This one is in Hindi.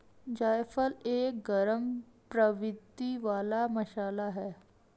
जायफल एक गरम प्रवृत्ति वाला मसाला है